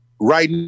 Right